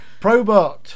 ProBot